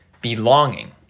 belonging